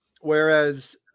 whereas